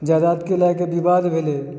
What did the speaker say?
जायदादके लए कऽ विवाद भेलै